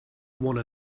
one